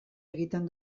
egiten